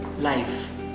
Life